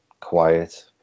quiet